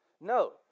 No